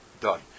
done